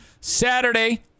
Saturday